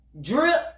drip